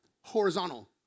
horizontal